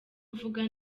avuga